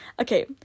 Okay